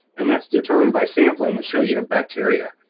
and that's determined by sampling that show you have bacteria.